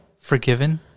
Forgiven